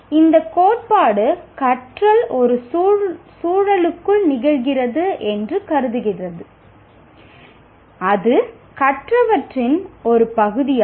இந்த கோட்பாடு கற்றல் ஒரு சூழலுக்குள் நிகழ்கிறது என்று கருதுகிறது அது கற்பவர்களின் ஒரு பகுதியாகும்